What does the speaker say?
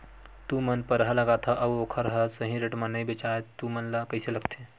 तू मन परहा लगाथव अउ ओखर हा सही रेट मा नई बेचवाए तू मन ला कइसे लगथे?